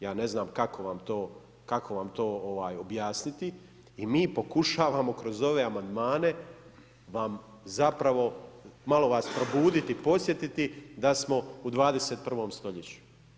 Ja ne znam kako vam to objasniti, i mi pokušavamo kroz ove amandmane vam zapravo malo vas probuditi i podsjetiti da smo u 21. stoljeću.